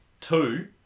Two